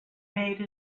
made